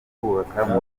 kubaka